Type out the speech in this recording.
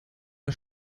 der